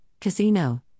Casino